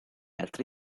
altri